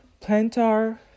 plantar